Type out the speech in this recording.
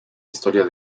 historia